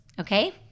Okay